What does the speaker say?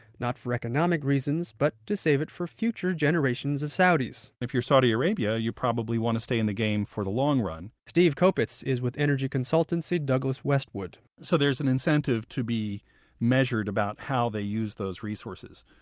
not for market reasons, but to save it for future generations of saudis if you're saudi arabia, you probably want to stay in the game for the long run steve kopits is with energy consultancy douglas westwood so there's an incentive to be measured about how they use those resources.